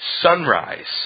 sunrise